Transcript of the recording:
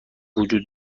وجود